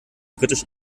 britisch